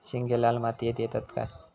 शेंगे लाल मातीयेत येतत काय?